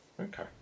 Okay